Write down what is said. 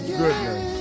goodness